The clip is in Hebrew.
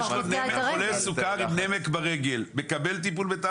אף אחד לא אמור לא לקבל את הטיפול שהוא זכאי לו,